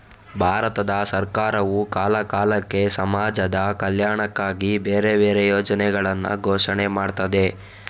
ಭಾರತ ಸರಕಾರವು ಕಾಲ ಕಾಲಕ್ಕೆ ಸಮಾಜದ ಕಲ್ಯಾಣಕ್ಕಾಗಿ ಬೇರೆ ಬೇರೆ ಯೋಜನೆಗಳನ್ನ ಘೋಷಣೆ ಮಾಡ್ತದೆ